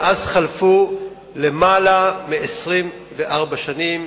אדוני היושב-ראש, מאז חלפו יותר מ-24 שנים,